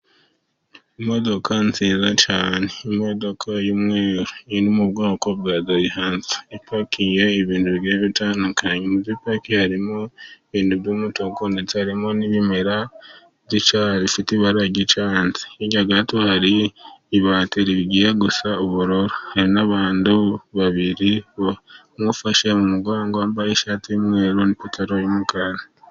Imodoka nziza cyane, imodoka y'umweru iri mu bwoko bwa dayihatsu. Ipakiye ibintu bigiye bitandukanye, mu bipakiye harimo ibintu by'umutuku ndetse harimo n'ibimera bifite ibara ry'icyatsi. Hirya gato, hari ibati rijya gusa n'ubururu. Hari n'abantu babiri bifashe mu mugongo, bambaye ishati y'umweru n'ipatalo y'umukara.